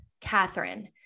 Catherine